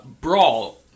Brawl